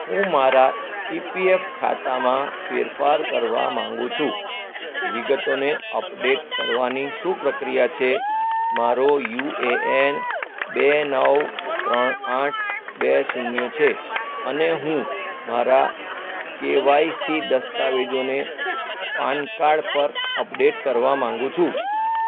હું મારા ઇપીએફ ખાતામાં ફેરફાર કરવા માગું છું વિગતોને અપડેટ કરવાની શું પ્રક્રિયા છે મારો યુ એ એન બે નવ ત્રણ આઠ બે શૂન્ય છે અને હું મારા કેવાયસી દસ્તાવેજોને પાન કાડ પર અપડેટ કરવા માગું છું